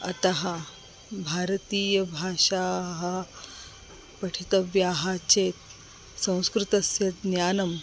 अतः भारतीयभाषाः पठितव्याः चेत् संस्कृतस्य ज्ञानं